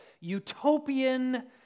utopian